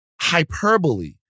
hyperbole